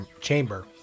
chamber